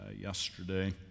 yesterday